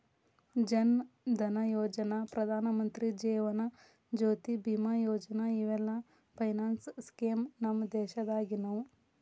ಜನ್ ಧನಯೋಜನಾ, ಪ್ರಧಾನಮಂತ್ರಿ ಜೇವನ ಜ್ಯೋತಿ ಬಿಮಾ ಯೋಜನಾ ಇವೆಲ್ಲ finance scheme ನಮ್ ದೇಶದಾಗಿನವು